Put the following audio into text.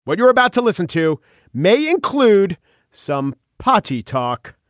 but you're about to listen to may include some party talk.